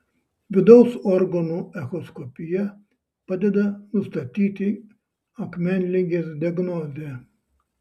vidaus organų echoskopija padeda nustatyti akmenligės diagnozę